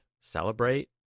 celebrate